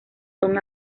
son